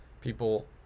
people